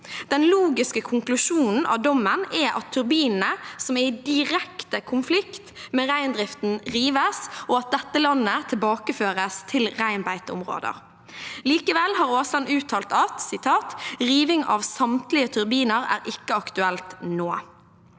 Den logiske konklusjonen av dommen er at turbinene som er i direkte konflikt med reindriften, rives, og at dette landet tilbakeføres til reinbeiteområder. Likevel har Aasland uttalt at riving av samtlige turbiner ikke er aktuelt nå.